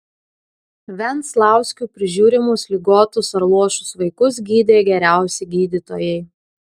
venclauskių prižiūrimus ligotus ar luošus vaikus gydė geriausi gydytojai